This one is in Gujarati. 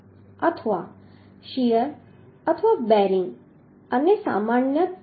અથવા શીયર અથવા બેરિંગ અને સામાન્ય તણાવ